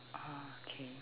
oh okay